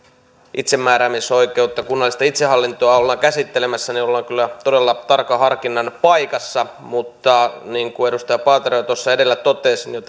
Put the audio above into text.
itsemääräämisoikeutta kunnallista itsehallintoa ollaan käsittelemässä niin ollaan kyllä todella tarkan harkinnan paikassa mutta niin kuin edustaja paatero jo tuossa edellä totesi jo